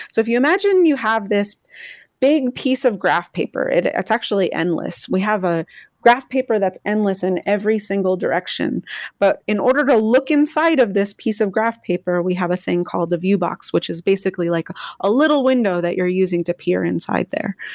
so if you imagine you have this big piece of graph paper, it is actually endless. we have a graph paper that's endless in every single direction but in order to look inside of this piece of graph paper, we have a thing called the vue box, which is basically like a little window that you are using to peer inside there.